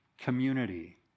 community